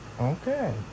Okay